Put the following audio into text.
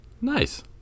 nice